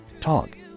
talk